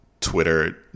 Twitter